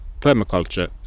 permaculture